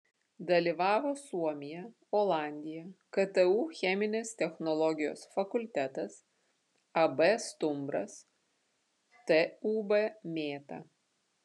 dalyvavo suomija olandija ktu cheminės technologijos fakultetas ab stumbras tūb mėta